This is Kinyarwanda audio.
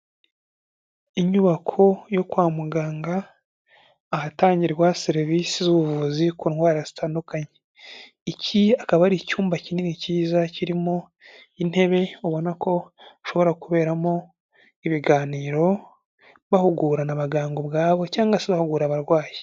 Inyubako yo kwa muganga, ahatangirwa serivisi z'ubuvuzi ku ndwara zitandukanye. Iki akaba ari icyumba kinini cyiza kirimo intebe, ubona ko hashobora kuberamo ibiganiro, bahugura abaganga ubwabo cyangwa se bahugura abarwayi.